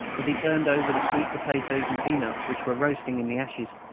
as he turned over the sweet potatoes and peanuts which were roasting in the ashes,